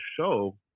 show